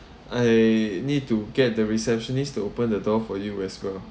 I need to get the receptionist to open the door for you as well